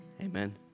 Amen